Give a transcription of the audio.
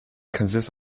consist